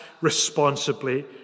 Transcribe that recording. responsibly